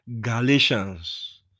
Galatians